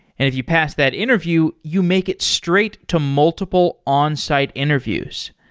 if you pass that interview, you make it straight to multiple onsite interviews.